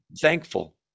thankful